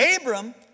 Abram